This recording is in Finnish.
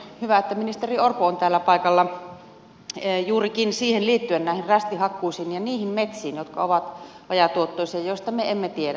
hyvä että ministeri orpo on täällä paikalla juurikin siihen liittyen näihin rästihakkuisiin ja niihin metsiin jotka ovat vajaatuottoisia joista me emme tiedä